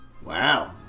Wow